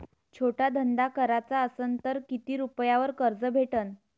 छोटा धंदा कराचा असन तर किती रुप्यावर कर्ज भेटन?